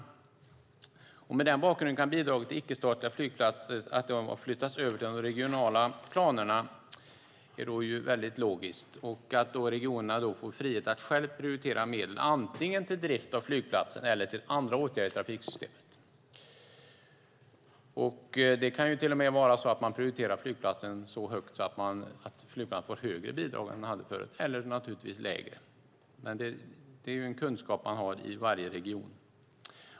Med den bakgrunden är det logiskt att bidraget till icke-statliga flygplatser har flyttats över till de regionala planerna. Regionerna har då frihet att själva prioritera medel antingen till drift av flygplatsen eller till andra åtgärder i trafiksystemet. Det kan till och med vara så att man prioriterar flygplatsen så högt att den får högre bidrag än den hade förut, eller så blir bidraget tvärtom lägre. Det grundas på kunskapen man har i varje region.